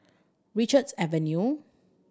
Richards Avenue